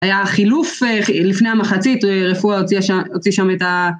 היה חילוף לפני המחצית, רפואה הוציאה שם את ה...